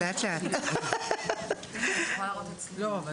תודה רבה, ותודה על הדיון החשוב הזה, דיון מעקב.